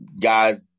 guys